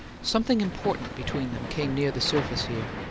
something important between them came near the surface here,